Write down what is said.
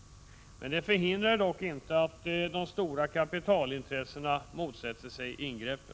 Detta förhindrar dock inte att de stora kapitalintressena motsätter sig ingrepp.